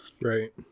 Right